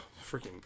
Freaking